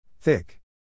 Thick